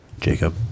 Jacob